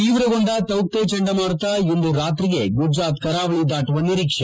ತೀವ್ರಗೊಂಡ Tauktae ಚಂಡಮಾರುತ ಇಂದು ರಾತ್ರಿಗೆ ಗುಜರಾತ್ ಕರಾವಳಿ ದಾಟುವ ನಿರೀಕ್ಷೆ